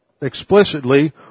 explicitly